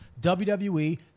WWE